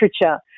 literature